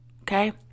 Okay